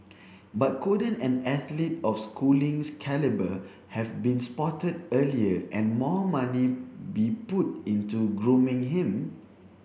but couldn't an athlete of Schooling's calibre have been spotted earlier and more money be put into grooming him